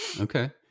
Okay